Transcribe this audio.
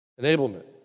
enablement